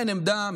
אין עמדה.